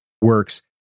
works